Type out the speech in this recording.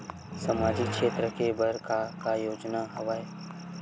सामाजिक क्षेत्र के बर का का योजना हवय?